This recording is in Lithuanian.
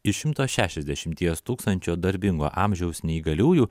iš šimto šešiasdešimties tūkstančio darbingo amžiaus neįgaliųjų